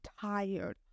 tired